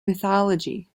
mythology